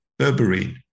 berberine